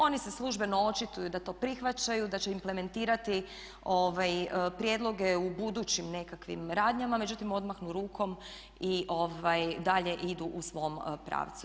Oni se službeno očituju da to prihvaćaju, da će implementirati prijedloge u budućim nekakvim radnjama međutim odmahnu rukom i dalje idu u svom pravcu.